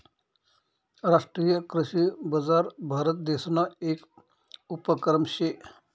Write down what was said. राष्ट्रीय कृषी बजार भारतदेसना येक उपक्रम शे